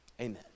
Amen